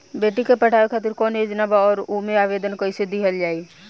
बेटी के पढ़ावें खातिर कौन योजना बा और ओ मे आवेदन कैसे दिहल जायी?